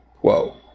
Whoa